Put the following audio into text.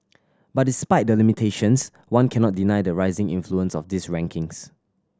but despite the limitations one cannot deny the rising influence of these rankings